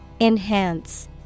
enhance